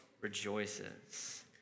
rejoices